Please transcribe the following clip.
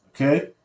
Okay